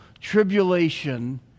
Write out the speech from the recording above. tribulation